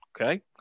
okay